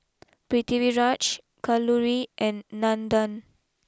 Pritiviraj Kalluri and Nandan